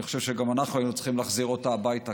אני חושב שגם אנחנו היינו צריכים להחזיר אותה הביתה,